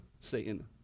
Satan